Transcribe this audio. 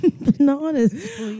Bananas